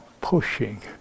pushing